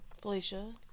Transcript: Felicia